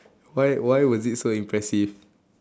why why was it so impressive